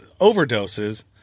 overdoses